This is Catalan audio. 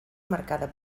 marcada